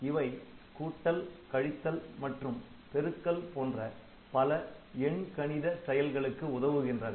இவை கூட்டல் கழித்தல் மற்றும் பெருக்கல் போன்ற பல எண் கணித செயல்களுக்கு உதவுகின்றன